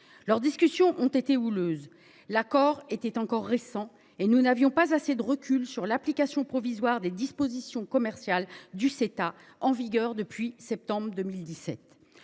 députés ont été houleuses. L’accord était alors encore récent, et nous n’avions pas assez de recul sur l’application provisoire de ses dispositions commerciales, en vigueur depuis septembre 2017.